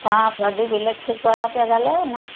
तव्हां प्रदीप इलेक्ट्रिक वारा पिया ॻाल्हायो न